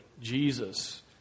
Jesus